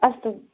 अस्तु